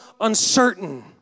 uncertain